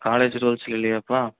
college ரூல்ஸில் இல்லையேப்பா